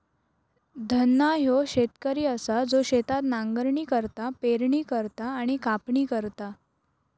धन्ना ह्यो शेतकरी असा जो शेतात नांगरणी करता, पेरणी करता आणि कापणी करता